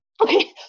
Okay